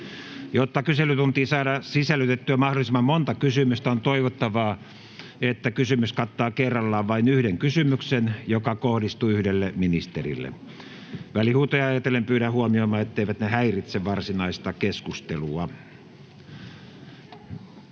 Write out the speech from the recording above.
Jotta kyselytuntiin saada sisällytettyä mahdollisimman monta kysymystä, on toivottavaa, että kysymys kattaa kerrallaan vain yhden kysymyksen, joka kohdistuu yhdelle ministerille. Välihuutoja ajatellen pyydän huomioimaan, etteivät ne häiritse varsinaista keskustelua.